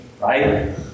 Right